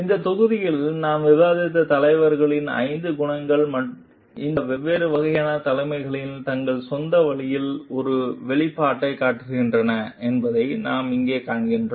இந்த தொகுதியில் நாம் விவாதித்த தலைவர்களின் ஐந்து குணங்களும் இந்த வெவ்வேறு வகையான தலைமைகளில் தங்கள் சொந்த வழியில் ஒரு வெளிப்பாட்டைக் காட்டுகின்றன என்பதை நாம் இங்கே காண்கிறோம்